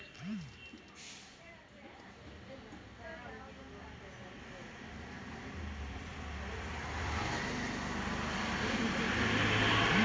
ಸಾಮಾನ್ಯವಾಗಿ ಮಾಂಸಕ್ಕಾಗಿ ಸಾಕುವ ಕೋಳಿಗಳನ್ನು ಬ್ರಾಯ್ಲರ್ ಕೋಳಿ ಎಂದು ಕರಿತಾರೆ